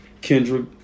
Kendrick